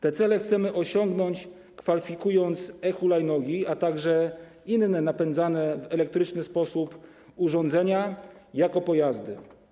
Te cele chcemy osiągnąć, kwalifikując e-hulajnogi, a także inne napędzane elektrycznie urządzenia, jako pojazdy.